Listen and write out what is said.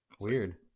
Weird